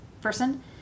person